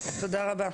תודה רבה.